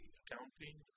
accounting